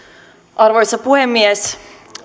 arvoisa puhemies